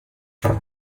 does